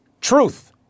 Truth